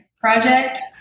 project